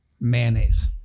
Mayonnaise